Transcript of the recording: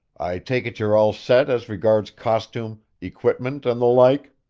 i take it you're all set as regards costume, equipment and the like.